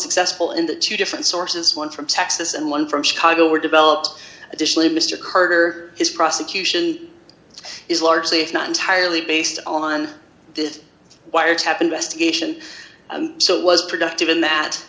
successful in the two different sources one from texas and one from chicago were developed additionally mr carter his prosecution is largely if not entirely based on this wiretap investigation and so it was productive in that